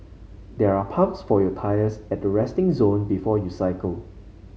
there are pumps for your tyres at the resting zone before you cycle